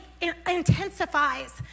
intensifies